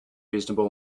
reasonable